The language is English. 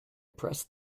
pressed